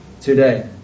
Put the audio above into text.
today